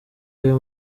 ayo